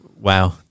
Wow